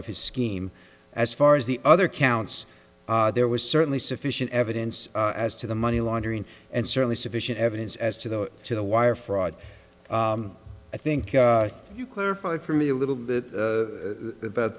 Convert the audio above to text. of his scheme as far as the other counts there was certainly sufficient evidence as to the money laundering and certainly sufficient evidence as to the to the wire fraud i think you clarified for me a little bit about